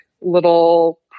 little